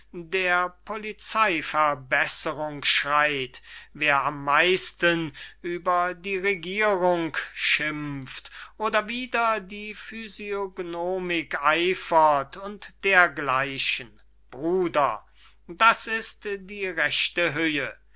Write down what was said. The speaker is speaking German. der policeyverbesserungen schreyt wer am meisten über die regierung schimpft oder wider die physiognomik eifert und dergleichen bruder das ist die rechte höhe